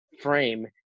frame